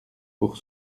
pour